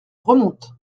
remonte